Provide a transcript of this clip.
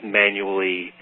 manually